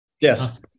Yes